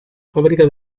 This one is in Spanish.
fábrica